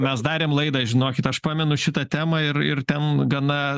mes darėm laidą žinokit aš pamenu šitą temą ir ir ten gana